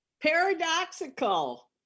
Paradoxical